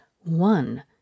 One